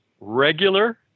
regular